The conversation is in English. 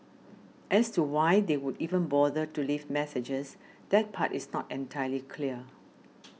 as to why they would even bother to leave messages that part is not entirely clear